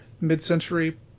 mid-century